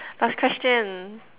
last question